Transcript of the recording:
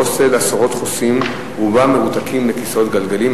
בהוסטל עשרות חוסים, רובם מרותקים לכיסאות גלגלים.